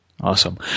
Awesome